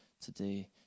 today